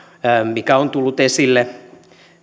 mikä on tullut esille